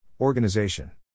Organization